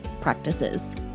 practices